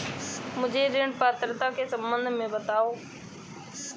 मुझे ऋण पात्रता के सम्बन्ध में बताओ?